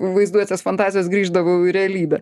vaizduotės fantazijos grįždavau į realybę